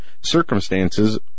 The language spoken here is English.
circumstances